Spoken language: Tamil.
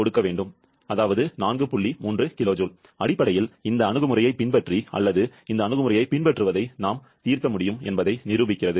3 kJ அடிப்படையில் இந்த அணுகுமுறையைப் பின்பற்றி அல்லது இந்த அணுகுமுறையைப் பின்பற்றுவதை நாம் தீர்க்க முடியும் என்பதை நிரூபிக்கிறது